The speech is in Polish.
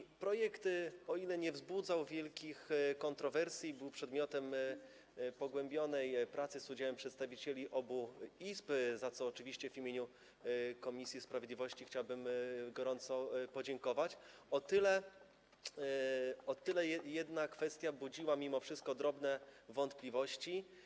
Chociaż projekt nie wzbudzał wielkich kontrowersji, był przedmiotem pogłębionej pracy z udziałem przedstawicieli obu izb, za co oczywiście w imieniu Komisji Sprawiedliwości i Praw Człowieka chciałbym gorąco podziękować, to jednak jedna kwestia budziła mimo wszystko drobne wątpliwości.